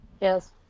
Yes